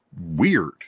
weird